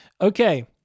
Okay